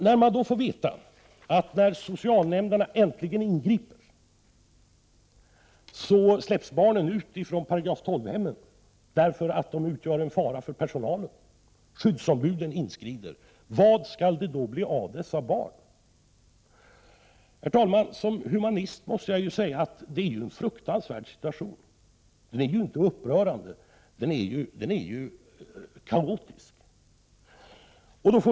När socialnämnderna äntligen ingriper får man veta att skyddsombuden inskrider och att barnen släpps ut från § 12-hemmen därför att de utgör en fara för personalen. Vad skall det då bli av dessa barn? Herr talman! Som humanist måste jag säga att det är en fruktansvärd situation. Den är inte bara upprörande — den är kaotisk.